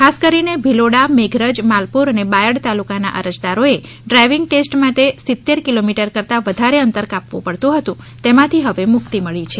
ખાસ કરીને ભિલોડા મેઘરજ માલપુર અને બાયડ તાલુકાના અરજદારોએ ડ્રાઇવિંગ ટેસ્ટ માટે સીત્તેર કિલોમિટર કરતા વધારે અંતર કાપવું પડતું હતું તેમાથી હવે મુક્તિ મળી છે